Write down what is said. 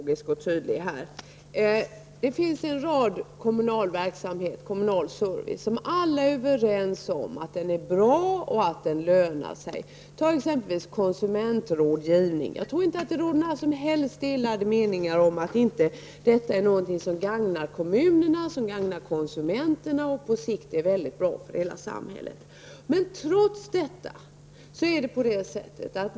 Herr talman! Jag skall nu försöka vara mycket pedagogisk och tydlig. Det finns en mängd kommunal serviceverksamhet som alla är överens om är bra och lönsam. Jag tror exempelvis att det inte råder några som helst delade meningar om att konsumentrådgivningen gagnar såväl kommunerna som konsumenterna och på sikt är bra för hela samhället.